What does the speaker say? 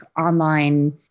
online